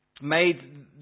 made